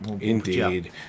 Indeed